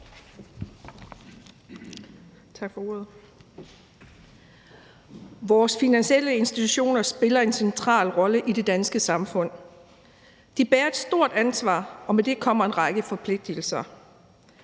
Vores finansielle institutioner spiller en central rolle i det danske samfund. De bærer et stort ansvar, og med det kommer en række forpligtelser.